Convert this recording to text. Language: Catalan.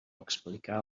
explicar